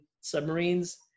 submarines